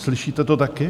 Slyšíte to taky?